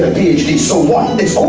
ah ph d so what? it's over!